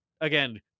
again